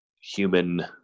human